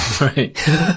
Right